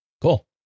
Cool